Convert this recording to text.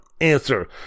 answer